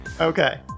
Okay